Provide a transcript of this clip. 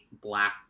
black